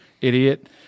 idiot